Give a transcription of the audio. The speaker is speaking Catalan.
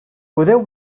podeu